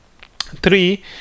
three